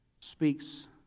speaks